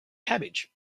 cabbage